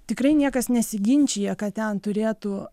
tikrai niekas nesiginčija kad ten turėtų